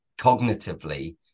cognitively